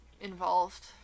Involved